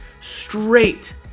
straight